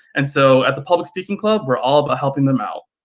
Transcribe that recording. and so at the public speaking club, we're all about helping them out.